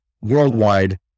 worldwide